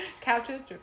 Couches